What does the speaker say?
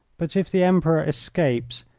but if the emperor escapes,